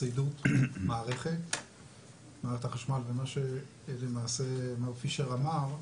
שרידות מערכת החשמל ומה שלמעשה מר פישר אמר.